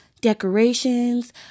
decorations